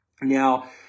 Now